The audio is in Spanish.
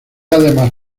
además